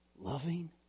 loving